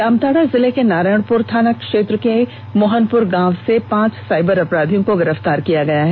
जामताड़ा जिले के नारायणपुर थाना क्षेत्र के मोहनपुर गांव से पांच साईबर अपराधियों को गिरफतार किया है